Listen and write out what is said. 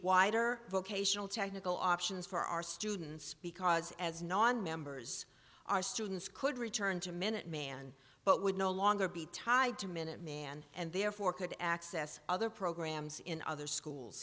wider vocational technical options for our students because as nonmembers our students could return to minuteman but would no longer be tied to minuteman and therefore could access other programs in other schools